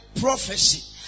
prophecy